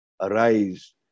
Arise